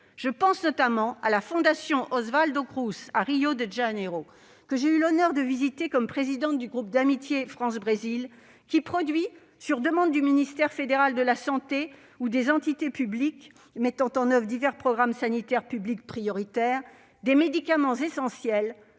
Je pense notamment à la fondation Oswaldo-Cruz de Rio de Janeiro, que j'ai eu l'honneur de visiter en tant présidente du groupe d'amitié France-Brésil, qui produit, sur demande du ministère fédéral de la santé ou des entités mettant en oeuvre divers programmes sanitaires publics prioritaires, des médicaments essentiels,